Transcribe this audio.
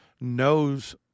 knows